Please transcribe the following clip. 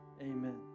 Amen